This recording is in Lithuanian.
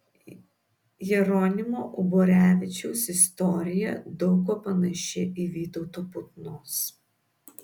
jeronimo uborevičiaus istorija daug kuo panaši į vytauto putnos